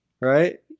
Right